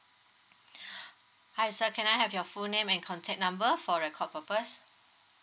hi sir can I have your full name and contact number for record purpose